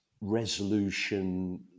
resolution